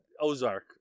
Ozark